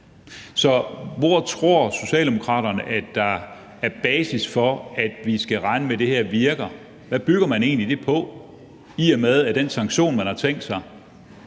hvorfor tror Socialdemokraterne, at der er basis for, at vi skal regne med, at det her virker? Hvad bygger man egentlig det på, i og med at den sanktion, man har tænkt sig,